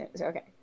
Okay